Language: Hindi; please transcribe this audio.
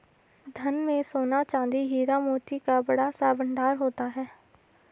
धन में सोना, चांदी, हीरा, मोती का बड़ा सा भंडार होता था